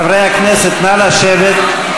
חברי הכנסת, נא לשבת.